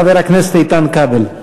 חבר הכנסת איתן כבל.